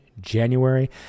January